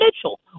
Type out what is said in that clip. Mitchell